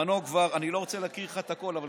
לא רוצה להקריא לך הכול, אבל